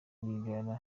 rwigara